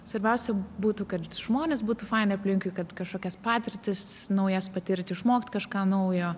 svarbiausia būtų kad žmonės būtų faini aplinkui kad kažkokias patirtis naujas patirti išmokt kažką naujo